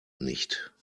nicht